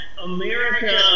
America